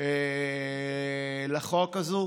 לחוק הזה,